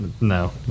no